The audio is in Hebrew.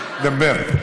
תדבר,